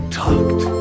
talked